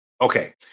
Okay